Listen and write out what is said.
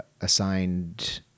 assigned